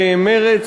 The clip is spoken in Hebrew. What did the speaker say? במרץ